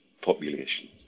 population